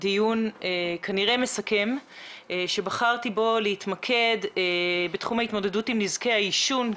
דיון כנראה מסכם ובחרתי להתמקד בתחום ההתמודדות עם נזקי העישון.